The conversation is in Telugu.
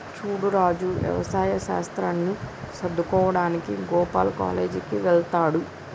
సూడు రాజు యవసాయ శాస్త్రాన్ని సదువువుకోడానికి గోపాల్ కాలేజ్ కి వెళ్త్లాడు